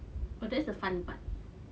but that's the fun part